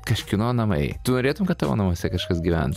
kažkieno namai tu norėtum kad tavo namuose kažkas gyventų